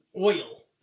oil